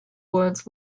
words